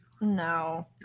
No